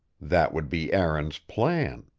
that would be aaron's plan.